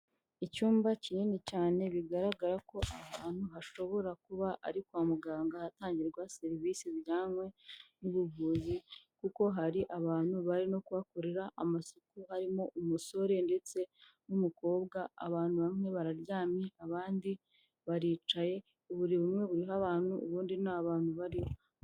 Icyumba kinini cyane bigaragara ko aha ahantu hashobora kuba ari kwa muganga hatangirwa serivisi zijyanye n'ubuvuzi, kuko hari abantu barimo kuhakorera amasuku. Harimo umusore ndetse n'umukobwa, abantu bamwe bararyamye abandi baricaye, uburiri bumwe buriho abantu ubundi nta bantu bariho.